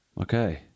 Okay